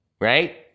Right